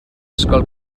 ysgol